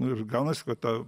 nu ir gaunasi kad ta